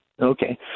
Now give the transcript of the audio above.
Okay